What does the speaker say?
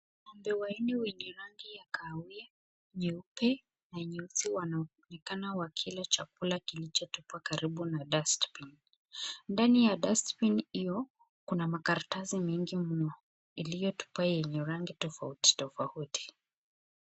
Ng'ombe wanne wenye rangi ya kahawia, nyeupe na nyeusi wanaonekana wakila chakula kilichotupwa karibu na dustbin ,ndani ya dustbin iyo kuna makaratasi mengi mno iliyotupwa yenye rangi tofauti tofauti.